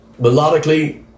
melodically